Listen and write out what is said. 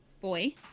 boy